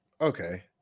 Okay